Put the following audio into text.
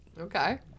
Okay